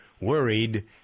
worried